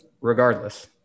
regardless